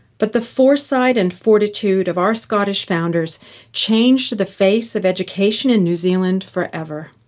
but the foresight and fortitude of our scottish founders changed the face of education in new zealand forever.